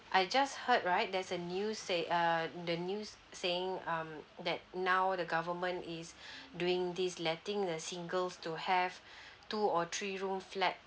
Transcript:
I just heard right there's a news said err the news saying um that now the government is doing this letting the singles to have two or three room flat